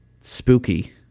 spooky